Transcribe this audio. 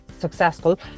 successful